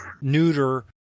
neuter